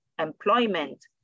employment